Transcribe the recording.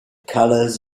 colors